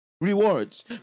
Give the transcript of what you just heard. Rewards